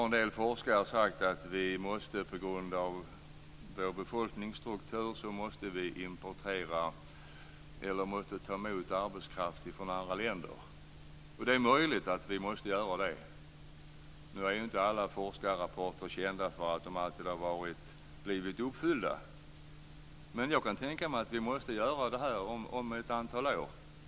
En del forskare har sagt att vi på grund av vår befolkningsstruktur måste ta emot arbetskraft från andra länder. Det är möjligt att vi måste göra det - nu är ju inte alla forskarrapporter kända för att alltid ha blivit uppfyllda - men jag kan tänka mig att vi måste göra det inom ett antal år.